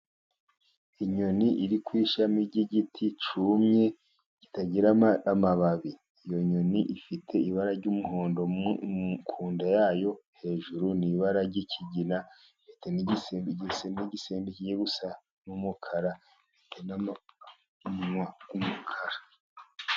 Inyoni iri ku ishami ry'igiti cyumye kitagira amababi. Iyo nyoni ifite ibara ry'umuhondo, ku nda ya yo hejuru ni ibara ryikigina, ifite n'igisembe, igisimbe, igisembe, kijya gusa n'umukara, ifite n'umunwa w'umukara.